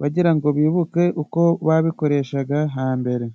bagira ngo bibuke uko babikoreshaga hambere.